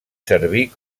servir